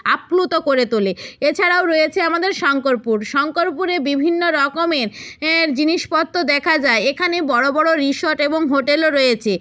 আপ্লুত করে তোলে এছাড়াও রয়েছে আমাদের শংকরপুর শংকরপুরে বিভিন্ন রকমের এর জিনিসপত্র দেখা যায় এখানে বড়ো বড়ো রিসোর্ট এবং হোটেলও রয়েছে